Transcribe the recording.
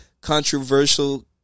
controversial